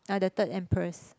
ah the third empress